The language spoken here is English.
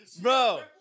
Bro